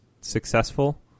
successful